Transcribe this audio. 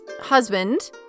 husband